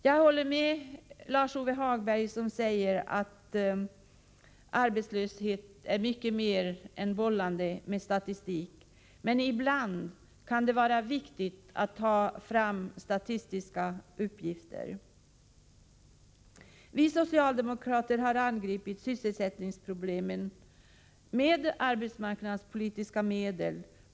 Jag håller med Lars-Ove Hagberg när han säger att arbetslöshet är mycket mer än bollande med statistik, men ibland kan det vara viktigt att ta fram statistiska uppgifter. Socialdemokraterna har angripit sysselsättningsproblemen med arbetsmarknadspolitiska medel.